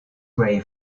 ray